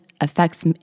affects